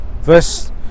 verse